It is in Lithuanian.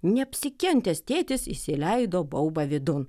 neapsikentęs tėtis įsileido baubą vidun